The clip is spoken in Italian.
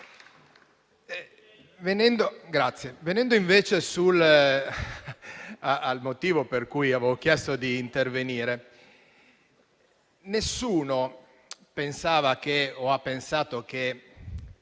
Venendo invece al motivo per cui ho chiesto di intervenire, nessuno pensava o ha pensato che